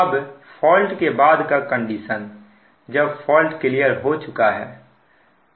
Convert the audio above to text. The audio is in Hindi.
अब फॉल्ट के बाद का कंडीशन जब फॉल्ट क्लियर हो चुका है